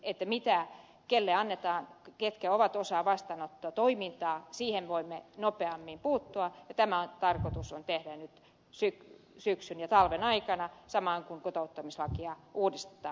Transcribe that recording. tähän viimeiseen kenelle annetaan ketkä ovat osa vastaanottotoimintaa siihen voimme nopeammin puuttua ja tämä on tarkoitus tehdä nyt syksyn ja talven aikana samalla kun kotouttamislakia uudistetaan